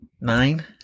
Nine